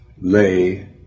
lay